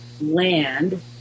land